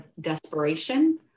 desperation